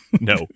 No